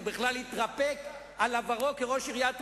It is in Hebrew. הוא בכלל התרפק על עברו כראש עיריית רעננה.